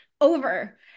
over